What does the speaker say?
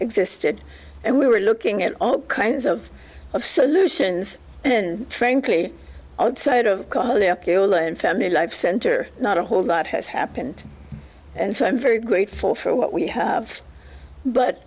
existed and we were looking at all kinds of solutions and frankly outside of their own family life center not a whole lot has happened and so i'm very grateful for what we have but